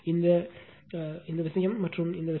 இந்த இந்த விஷயம் மற்றும் இந்த விஷயம்